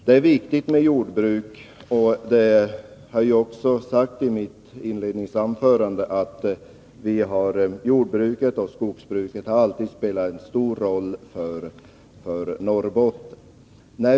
Det är viktigt med jordbruk, och jag sade i mitt inledningsanförande att jordoch skogsbruket alltid har spelat en stor roll för Norrbotten.